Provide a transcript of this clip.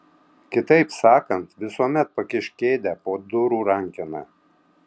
kitaip sakant visuomet pakišk kėdę po durų rankena